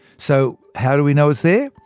so how do we know it's there?